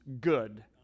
good